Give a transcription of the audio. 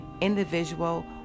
individual